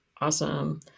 Awesome